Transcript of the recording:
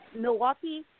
Milwaukee